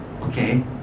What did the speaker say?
Okay